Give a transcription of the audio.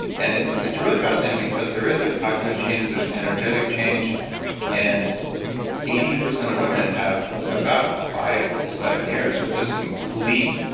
and it's it's really fascinating because there is a cognitive change, there's an energetic change and eighty percent of women have about five to seven years of just complete,